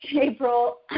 April